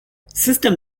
system